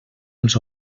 els